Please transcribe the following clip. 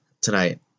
tonight